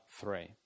three